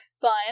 fun